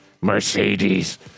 Mercedes